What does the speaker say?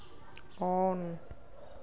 on